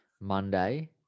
monday